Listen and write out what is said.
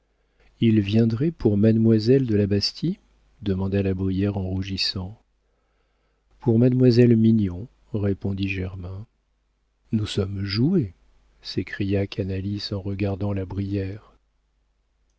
il viendrait pour mademoiselle de la bastie demanda la brière en rougissant pour mademoiselle mignon répondit germain nous sommes joués s'écria canalis en regardant la brière